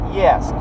yes